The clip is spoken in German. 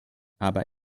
aber